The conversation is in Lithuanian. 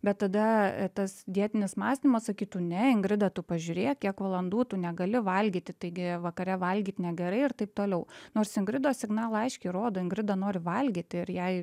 bet tada tas dietinis mąstymas sakytų ne ingrida tu pažiūrėk kiek valandų tu negali valgyti taigi vakare valgyt negerai ir taip toliau nors ingridos signalai aiškiai rodo ingrida nori valgyti ir jai